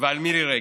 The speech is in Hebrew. ועל מירי רגב.